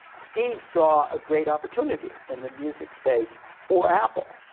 steve saw a great opportunity in the music space for apple.